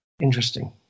interesting